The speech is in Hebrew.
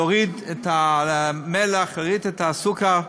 להוריד את המלח, להוריד את הסוכר,